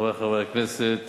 חברי חברי הכנסת,